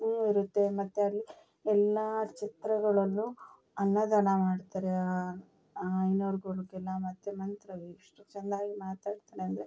ಹೂವು ಇರುತ್ತೆ ಮತ್ತು ಅಲ್ಲಿ ಎಲ್ಲ ಛತ್ರಗಳಲ್ಲು ಅನ್ನದಾನ ಮಾಡ್ತಾರೆ ಆ ಅಯ್ನೋರ್ಗಳಿಗೆಲ್ಲ ಮತ್ತು ಮಂತ್ರಗಳು ಎಷ್ಟು ಚೆನ್ನಾಗಿ ಮಾತಾಡ್ತಾರೆಂದ್ರೆ